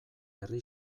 herri